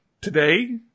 today